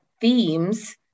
themes